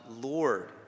Lord